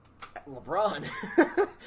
LeBron